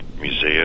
museum